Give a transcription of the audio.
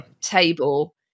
table